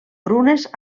brunes